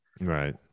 right